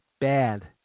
bad